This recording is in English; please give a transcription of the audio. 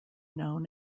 known